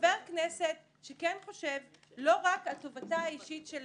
שכחבר כנסת שכן חושב לא רק על טובתה האישית של